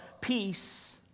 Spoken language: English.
peace